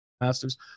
Masters